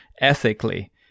ethically